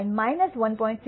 679 1